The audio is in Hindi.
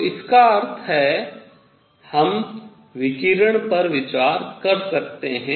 तो इसका अर्थ है हम विकिरण पर विचार कर सकते हैं